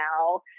now